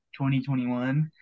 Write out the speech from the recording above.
2021